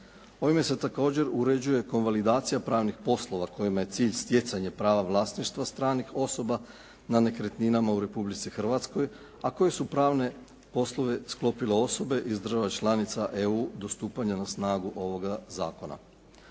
Ovime se također uređuje konvalidacija pravnih poslova kojima je cilj stjecanje prava vlasništva stranih osoba na nekretninama u Republici Hrvatskoj a koje su pravne poslove sklopile osobe iz država članica EU do stupanja na snagu ovoga zakona.